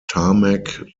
tarmac